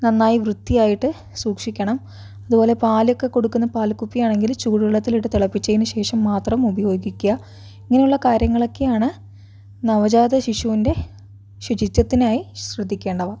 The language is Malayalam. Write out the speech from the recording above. നന്നായി വൃത്തിയായിട്ട് സൂക്ഷിക്കണം അതുപോലെ പാലൊക്കെ കൊടുക്കുന്ന പാൽകുപ്പിയാണെങ്കിൽ ചൂട് വെള്ളത്തിൽ ഇട്ട് തിളപ്പിച്ച ശേഷം മാത്രം ഉപയോഗിക്കുക ഇങ്ങനെയുള്ള കാര്യങ്ങളൊക്കെയാണ് നവജാത ശിശുവിൻ്റെ ശുചിത്വത്തിനായി ശ്രദ്ധിക്കേണ്ടവ